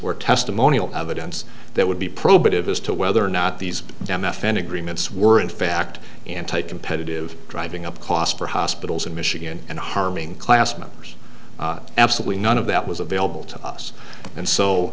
where testimonial evidence that would be probative as to whether or not these damn f n agreements were in fact anti competitive driving up costs for hospitals in michigan and harming class members absolutely none of that was available to us and so